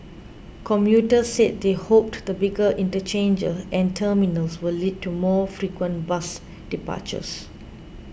commuters said they hoped the bigger interchanges and terminals will lead to more frequent bus departures